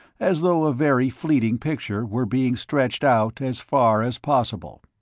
as though a very fleeting picture were being stretched out as far as possible.